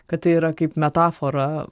kad tai yra kaip metafora